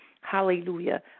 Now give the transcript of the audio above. hallelujah